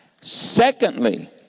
Secondly